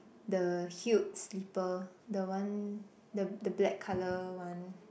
the heeled slipper the one the the black colour one